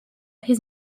his